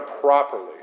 properly